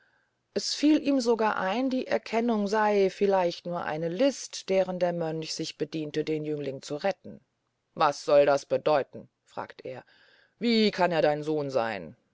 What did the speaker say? es fiel ihm sogar ein die erkennung sey vielleicht nur eine list deren der mönch sich bediene den jüngling zu retten was soll das bedeuten fragt er wie kann er ihr sohn seyn